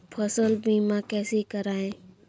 फसल बीमा कैसे कराएँ?